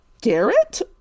garrett